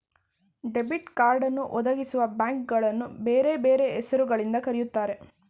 debit ಕಾರ್ಡನ್ನು ಒದಗಿಸುವಬ್ಯಾಂಕ್ಗಳನ್ನು ಬೇರೆ ಬೇರೆ ಹೆಸರು ಗಳಿಂದ ಕರೆಯುತ್ತಾರೆ